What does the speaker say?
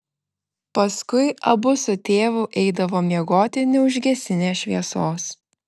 paskui abu su tėvu eidavo miegoti neužgesinę šviesos